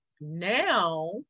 now